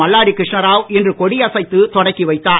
மல்லாடி கிருஷ்ணா ராவ் இன்று கொடி அசைத்து தொடக்கி வைத்தார்